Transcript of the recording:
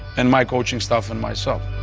and my coaching staff and myself.